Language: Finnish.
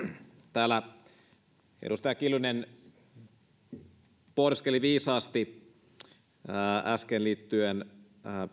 täällä edustaja kiljunen äsken pohdiskeli viisaasti liittyen